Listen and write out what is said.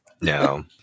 No